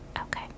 Okay